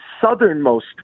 southernmost